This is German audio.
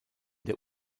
der